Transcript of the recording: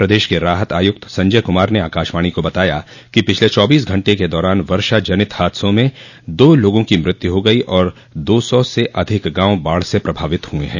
प्रदेश के राहत आयुक्त संजय कुमार ने आकाशवाणी को बताया कि पिछले चौबीस घंटे के दौरान वर्षा जनित हादसों में दो लोगों की मृत्यु हो गयी और दो सौ से अधिक गांव बाढ़ से प्रभावित हुए हैं